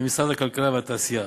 במשרד הכלכלה והתעשייה.